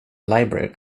library